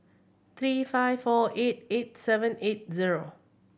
three five four eight eight seven eight zero